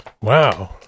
Wow